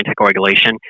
anticoagulation